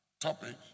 topic